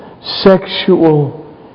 Sexual